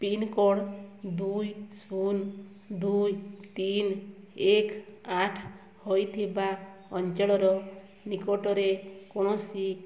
pin code ଦୁଇ ଶୂନ ଦୁଇ ତିନି ଏକ ଆଠ ହୋଇଥିବା ଅଞ୍ଚଳର ନିକଟରେ କୌଣସି